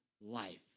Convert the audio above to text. life